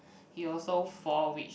he also fall which